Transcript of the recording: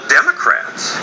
Democrats